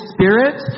Spirit